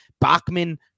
Bachman